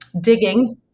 digging